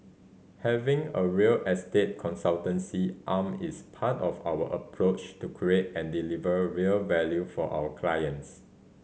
having a real estate consultancy arm is part of our approach to create and deliver real value for our clients